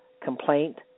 complaint